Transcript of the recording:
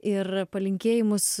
ir palinkėjimus